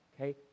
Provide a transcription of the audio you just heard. Okay